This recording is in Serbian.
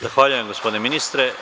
Zahvaljujem gospodine ministre.